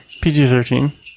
PG-13